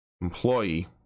employee